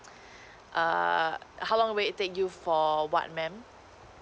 err how long will it take you for what ma'am